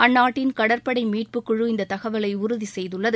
அந்நாட்டின் கடற்படை மீட்புக்குழு இந்த தகவலை உறுதி செய்துள்ளது